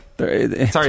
sorry